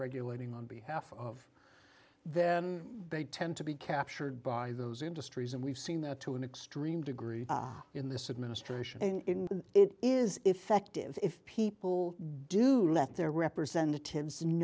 regulating on behalf of then they tend to be captured by those industries and we've seen that to an extreme degree in this administration and it is effective if people do let their representatives